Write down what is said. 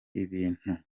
ibintu